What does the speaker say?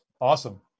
Awesome